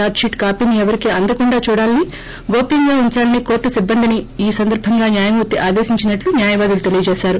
chargesheet కాపీని ఎవరికీ అందకుండా చూడాలని గోప్యంగా ఉందాలని కోర్టు సిబ్బందిని ఈ సందర్బంగా న్యాయమూర్తి ఆదేశించినట్లు న్యాయ వాదులు తెలిపారు